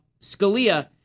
Scalia –